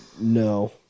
No